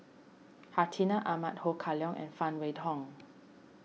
Hartinah Ahmad Ho Kah Leong and Phan Wait Hong